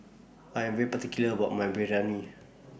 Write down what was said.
I Am very particular about My Biryani